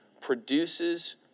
produces